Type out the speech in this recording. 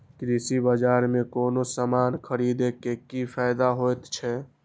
कृषि बाजार में कोनो सामान खरीदे के कि फायदा होयत छै?